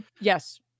yes